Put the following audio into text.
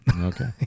Okay